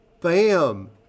bam